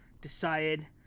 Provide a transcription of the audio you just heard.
Decided